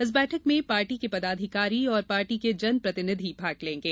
इस बैठक में पार्टी के पदाधिकारी और पार्टी के जनप्रतिनिधि भाग लेंगे